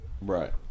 right